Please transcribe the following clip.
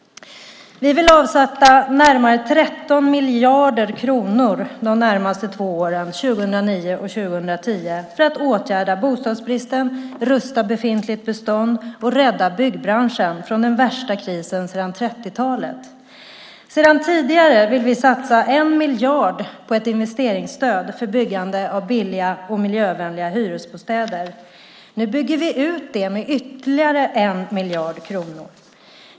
Vi vill avsätta närmare 13 miljarder kronor de närmaste två åren 2009 och 2010 för att åtgärda bostadsbristen, rusta befintligt bestånd och rädda byggbranschen från den värsta krisen sedan 30-talet. Sedan tidigare vill vi satsa 1 miljard på ett investeringsstöd för byggande av billiga och miljövänliga hyresbostäder. Nu bygger vi ut det med ytterligare 1 miljard kronor.